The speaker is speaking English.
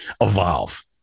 evolve